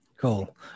Cool